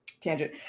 tangent